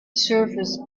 surface